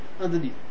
underneath